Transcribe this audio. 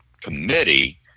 committee